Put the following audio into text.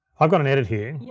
i've got an edit here,